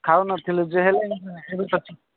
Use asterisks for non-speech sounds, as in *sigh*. ଖାଉ ନଥୁଲୁ ଯେ ହେଲେ *unintelligible* ଏବେ ତ